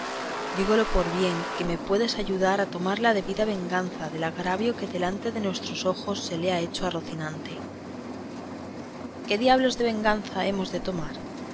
dígolo porque bien me puedes ayudar a tomar la debida venganza del agravio que delante de nuestros ojos se le ha hecho a rocinante qué diablos de venganza hemos de tomar